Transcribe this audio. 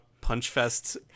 punch-fest